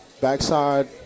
Backside